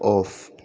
off